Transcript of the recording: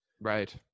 right